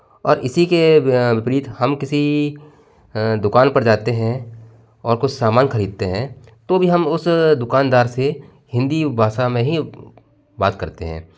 और इसी के विपरीत हम किसी दुकान पर जाते हैं और कुछ सामान खरीदते हैं तो भी हम उस दुकानदार से हिंदी भाषा में ही बात करते हैं